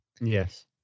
Yes